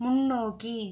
முன்னோக்கி